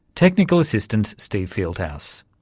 technical assistance steve fieldhouse.